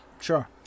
Sure